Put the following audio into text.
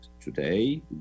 today